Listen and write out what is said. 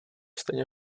stejně